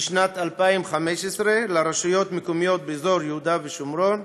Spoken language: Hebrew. לשנת 2015 לרשויות מקומיות באזור יהודה ושומרון.